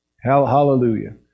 Hallelujah